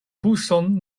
buŝon